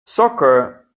soccer